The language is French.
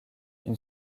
une